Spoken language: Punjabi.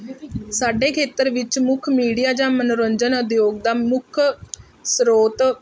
ਸਾਡੇ ਖੇਤਰ ਵਿੱਚ ਮੁੱਖ ਮੀਡੀਆ ਜਾਂ ਮਨੋਰੰਜਨ ਉਦਯੋਗ ਦਾ ਮੁੱਖ ਸ੍ਰੋਤ